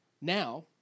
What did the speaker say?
Now